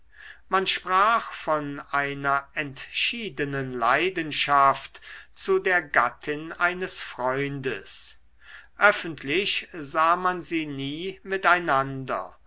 man sprach von einer entschiedenen leidenschaft zu der gattin eines freundes öffentlich sah man sie nie miteinander